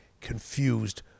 confused